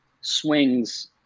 swings